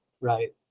right